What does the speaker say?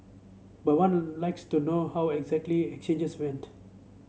but one likes to know how exactly exchanges went